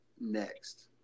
next